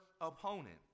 opponent